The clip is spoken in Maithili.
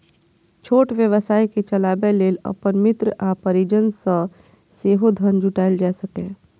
छोट व्यवसाय कें चलाबै लेल अपन मित्र आ परिजन सं सेहो धन जुटायल जा सकैए